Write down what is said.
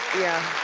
yeah.